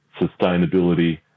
sustainability